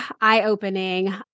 eye-opening